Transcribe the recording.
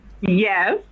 Yes